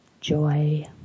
joy